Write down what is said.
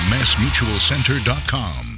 MassMutualCenter.com